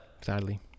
sadly